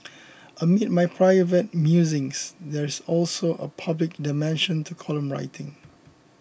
amid my private musings there is also a public dimension to column writing